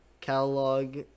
catalog